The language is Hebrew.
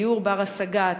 דיור בר-השגה,